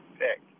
pick